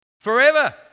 forever